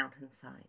mountainside